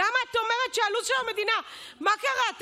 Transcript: מה קרה?